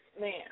man